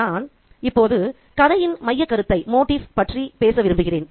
நான் இப்போது கதையின் மையக்கருத்தைப் பற்றி பேச விரும்புகிறேன்